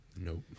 nope